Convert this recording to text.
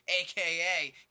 aka